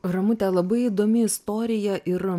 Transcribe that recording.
ramute labai įdomi istorija ir